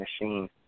machine